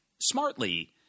smartly